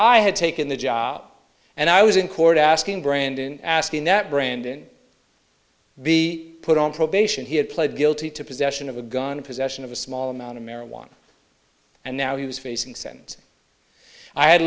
i had taken the job and i was in court asking brandon asking that brandon be put on probation he had pled guilty to possession of a gun possession of a small amount of marijuana and now he was facing sent